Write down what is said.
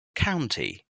county